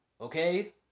okay